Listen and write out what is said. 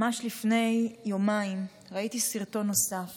ממש לפני יומיים ראיתי סרטון נוסף